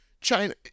China